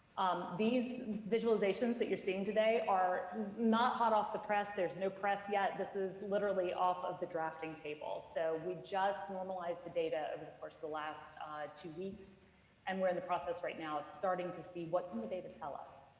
these visualizations that you're seeing today are not hot off the press there's no press yet, this is literally off of the drafting table. so we just normalized the data over the course of the last two weeks and we're in the process right now of starting to see, what can the data tell us?